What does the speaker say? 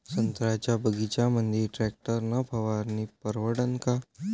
संत्र्याच्या बगीच्यामंदी टॅक्टर न फवारनी परवडन का?